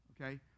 Okay